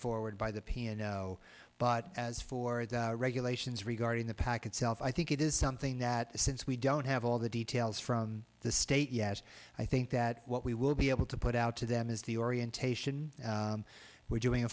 forward by the piano but as for the regulations regarding the package self i think it is something that since we don't have all the details from the state yes i think that what we will be able to put out to them is the orientation we're doing a